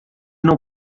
não